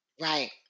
Right